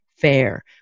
fair